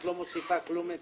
את לא מוסיפה כלום?